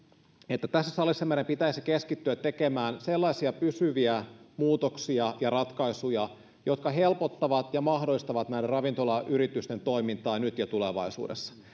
että tässä salissa meidän pitäisi keskittyä tekemään sellaisia pysyviä muutoksia ja ratkaisuja jotka helpottavat ja mahdollistavat näiden ravintolayritysten toimintaa nyt ja tulevaisuudessa ja